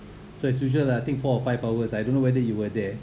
so as usual lah I think four or five of us I don't know whether you were there